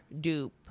dupe